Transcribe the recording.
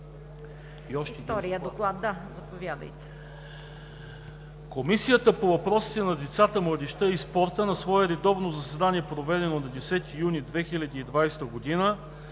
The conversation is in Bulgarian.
Комисията по въпросите на децата, младежта и спорта на свое редовно заседание, проведено на 10 юни 2020 г.,